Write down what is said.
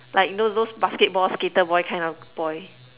like know those basketball skater boy kind of boy